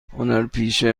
هنرپیشه